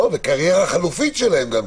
גם קריירה חלופית שלהם.